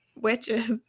witches